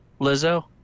Lizzo